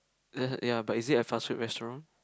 ya but is it a fast food restaurant